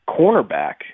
cornerback